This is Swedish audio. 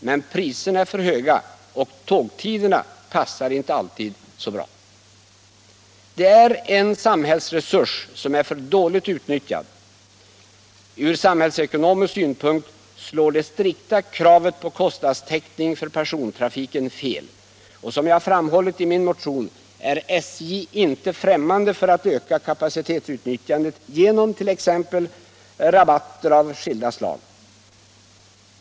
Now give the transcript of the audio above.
Men priserna är för höga, och tågtiderna passar inte alltid så bra. Järnvägen är en samhällsresurs som är för dåligt utnyttjad. Ur samhällsekonomisk synpunkt slår det strikta kravet på kostnadstäckning för persontrafiken fel. Som jag har framhållit i min motion är SJ inte främmande för att öka kapacitetsutnyttjandet genom t.ex. rabatter av skilda slag.